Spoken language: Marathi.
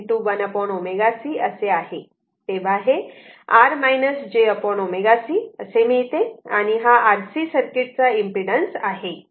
तेव्हा हे R j ω c असे मिळते आणि हा RC सर्किट चा इम्पीडन्स Z आहे